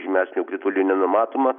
žymesnių kritulių nenumatoma